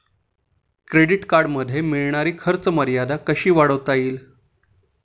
Credit कार्डमध्ये मिळणारी खर्च मर्यादा कशी वाढवता येईल?